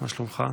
אקריא לך